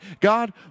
God